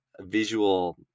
visual